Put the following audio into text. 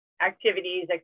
Activities